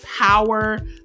power